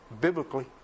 biblically